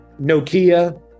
Nokia